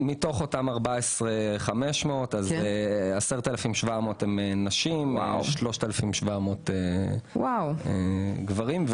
מתוך אותם 14,500, 10,700 הן נשים ו-3,700 גברים.